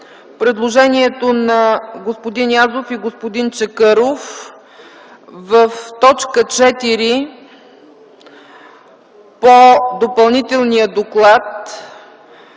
предложението на господин Язов и господин Чакъров в т. 4 по Допълнителния доклад